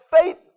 faith